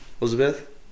Elizabeth